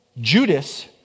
Judas